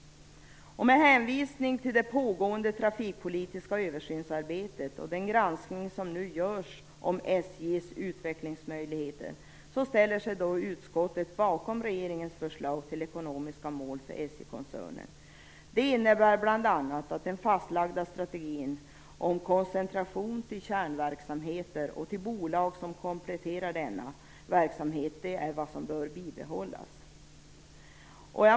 Med hänvisning till det pågående trafikpolitiska översynsarbetet och den granskning som nu görs av SJ:s utvecklingsmöjligheter ställer sig utskottet bakom regeringens förslag till ekonomiska mål för SJ koncernen. Det innebär bl.a. att den fastlagda strategin om koncentration till kärnverksamheten och till bolag som kompletterar denna verksamhet bör bibehållas.